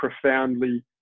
profoundly